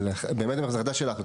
אבל באמת זו החלטה שלך.